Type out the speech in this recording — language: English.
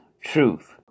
truth